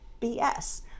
BS